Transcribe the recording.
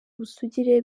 ubusugire